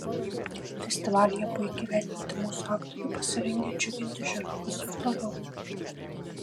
festivalyje puikiai įvertinti mūsų aktoriai pasirengę džiuginti žiūrovus ir toliau